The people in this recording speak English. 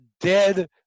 dead